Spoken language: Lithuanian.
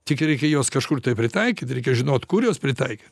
tik reikia juos kažkur tai pritaikyt reikia žinot kur juos pritaikyt